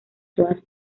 todas